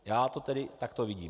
Já to tedy takto vidím.